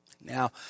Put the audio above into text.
Now